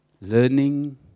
Learning